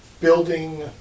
building